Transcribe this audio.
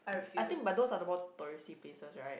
I think but those are the most touristy places right